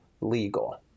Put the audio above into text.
legal